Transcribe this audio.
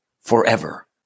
forever